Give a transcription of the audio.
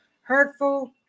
hurtful